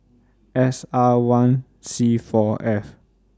S R one C four F